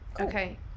Okay